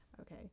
okay